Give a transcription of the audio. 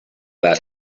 that